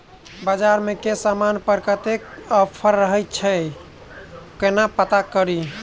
बजार मे केँ समान पर कत्ते ऑफर रहय छै केना पत्ता कड़ी?